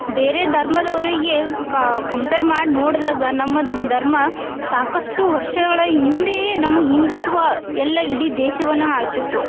ಬೇರೆ ಧರ್ಮದವ್ರಿಗೆ ಕಂಪೇರ್ ಮಾಡಿ ನೋಡ್ದಾಗ ನಮ್ಮದು ಧರ್ಮ ಸಾಕಷ್ಟು ವರ್ಷಗಳ ಹಿಂದೆಯೇ ನಮ್ಮ ಹಿಂದುತ್ವ ಎಲ್ಲ ಇಡೀ ದೇಶವನ್ನ ಆಳ್ತಿತ್ತು